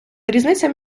різниця